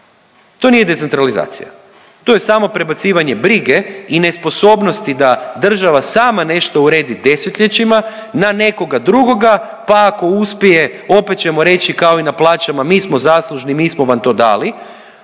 To nije decentralizacija, to je samo prebacivanje brige i nesposobnosti da država sama nešto uredi desetljećima na nekoga drugoga, pa ako uspije opet ćemo reći kao i na plaćama mi smo zaslužni, mi smo vam to dali.